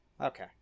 Okay